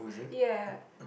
ya